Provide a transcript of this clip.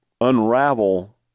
unravel